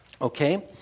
okay